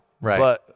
Right